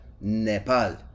Nepal